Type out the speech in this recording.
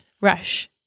rush